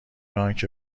انکه